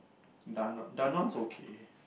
Da~ Dannon's okay